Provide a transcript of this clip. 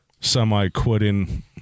semi-quitting